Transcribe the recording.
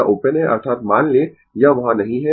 यह ओपन है अर्थात मान लें यह वहाँ नहीं है